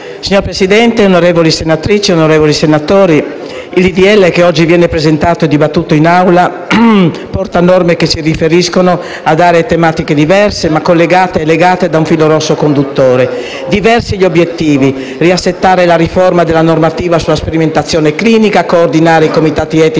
Presidente, onorevoli senatrici e onorevoli senatori, il disegno di legge che viene oggi presentato e dibattuto in Aula riporta norme che si riferiscono ad aree tematiche diverse ma collegate e legate da un filo rosso conduttore. Diversi gli obiettivi: risistemare la riforma della normativa sulla sperimentazione clinica, coordinare i Comitati etici